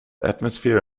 atmosphere